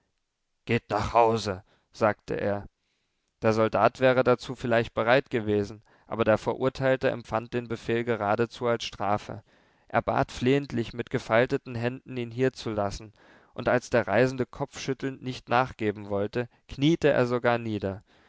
geht nach hause sagte er der soldat wäre dazu vielleicht bereit gewesen aber der verurteilte empfand den befehl geradezu als strafe er bat flehentlich mit gefalteten händen ihn hier zu lassen und als der reisende kopfschüttelnd nicht nachgeben wollte kniete er sogar nieder